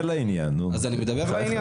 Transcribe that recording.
בואו ,אל תאבדו פוקוס של הדיון הזה.